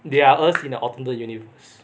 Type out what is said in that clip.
they are us in the alternate universe